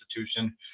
institution